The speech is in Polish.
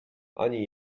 ani